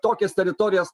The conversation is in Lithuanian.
tokias teritorijas